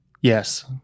Yes